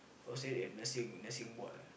hwo to say it nursing nursing bond ah